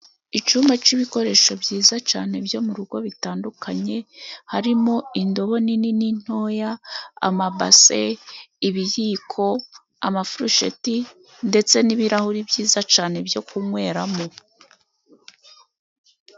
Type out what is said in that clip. Icyumba cy'ibikoresho byiza cyane byo mu rugo bitandukanye harimo: indobo ,nini n' intoya ,amabase n' ibiyiko ,amafurusheti ndetse n'ibirahuri byiza cyane byo kunyweramo.